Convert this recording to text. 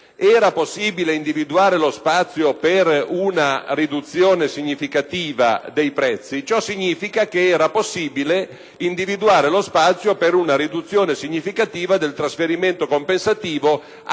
era possibile individuare lo spazio per una riduzione significativa dei prezzi,